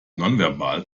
nonverbal